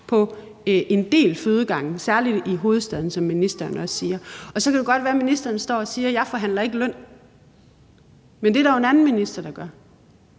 på en del fødegange, særlig i hovedstaden, som ministeren også siger. Og så kan det godt være, at ministeren står og siger, at han ikke forhandler løn, men det er der jo en anden minister, der gør.